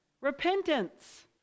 repentance